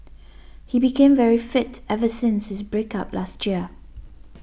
he became very fit ever since his break up last year